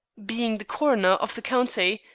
being the coroner of the county,